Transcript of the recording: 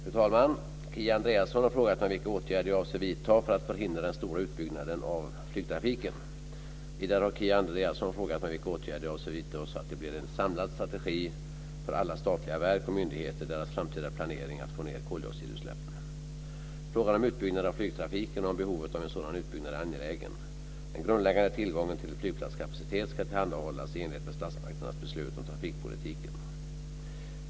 Fru talman! Kia Andreasson har frågat mig vilka åtgärder jag avser vidta för att förhindra den stora utbyggnaden av flygtrafiken. Vidare har Kia Andreasson frågat mig vilka åtgärder jag avser att vidta så att det blir en samlad strategi för alla statliga verk och myndigheter i deras framtida planering att få ned koldioxidutsläppen. Frågan om utbyggnad av flygtrafiken och om behovet av en sådan utbyggnad är angelägen. Den grundläggande tillgången till flygplatskapacitet ska tillhandahållas i enlighet med statsmakternas beslut om trafikpolitiken .